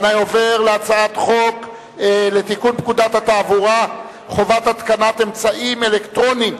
אני עובר להצעת חוק לתיקון פקודת התעבורה (חובת התקנת אמצעים אלקטרוניים